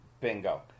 Bingo